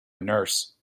nurse